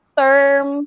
term